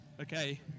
Okay